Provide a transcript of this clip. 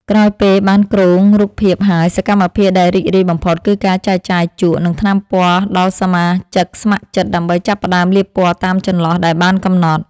ក្រោយពេលបានគ្រោងរូបភាពហើយ សកម្មភាពដែលរីករាយបំផុតគឺការចែកចាយជក់ និងថ្នាំពណ៌ដល់សមាជិកស្ម័គ្រចិត្តដើម្បីចាប់ផ្ដើមលាបពណ៌តាមចន្លោះដែលបានកំណត់។